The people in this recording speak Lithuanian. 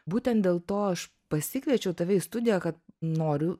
būtent dėl to aš pasikviečiau tave į studiją kad noriu